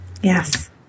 Yes